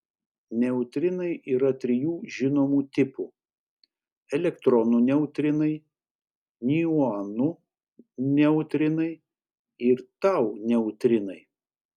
neutrinai yra trijų žinomų tipų elektronų neutrinai miuonų neutrinai ir tau neutrinai